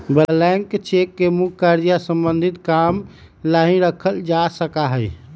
blank cheque के मुख्य कार्य या सम्बन्धित काम ला ही रखा जा सका हई